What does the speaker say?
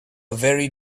very